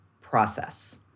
process